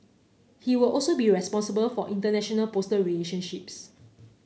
he will also be responsible for international postal relationships